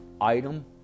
item